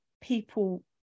people